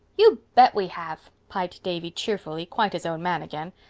you bet we have, piped davy cheerfully, quite his own man again.